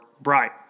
Bright